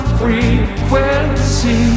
frequency